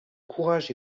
courage